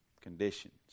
Conditions